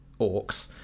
orcs